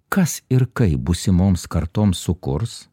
kas ir kaip būsimoms kartoms sukurs